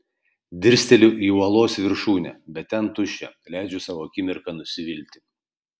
dirsteliu į uolos viršūnę bet ten tuščia leidžiu sau akimirką nusivilti